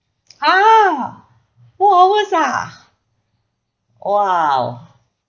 !huh! four hours ah !wow!